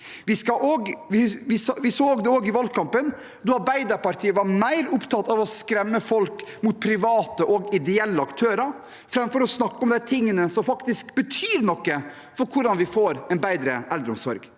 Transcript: Vi så det også i valgkampen, da Arbeiderpartiet var mer opptatt av å skremme folk med private og ideelle aktører enn å snakke om de tingene som faktisk betyr noe for hvordan vi får en bedre eldreomsorg,